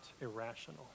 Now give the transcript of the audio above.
irrational